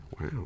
Wow